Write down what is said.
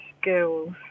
skills